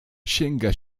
sięga